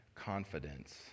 confidence